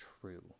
true